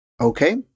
Okay